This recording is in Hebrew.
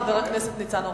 חבר הכנסת ניצן הורוביץ.